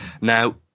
Now